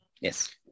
Yes